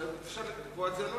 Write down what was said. כמה אפשר לדבר על זה?